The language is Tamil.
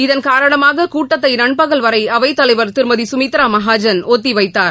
இதன் காரணமாக கூட்டத்தை நண்பகல் வரை அவைத்தலைவர் திருமதி குமித்ரா மகாஜன் ஒத்திவைத்தார்